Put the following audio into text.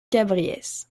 cabriès